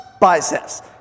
Biceps